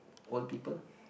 old people